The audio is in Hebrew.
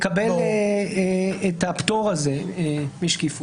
לקבל את הפטור הזה משקיפות.